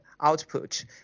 output